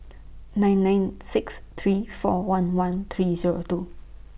nine nine six three four one one three Zero two